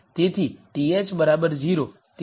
તેથી th 0